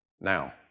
Now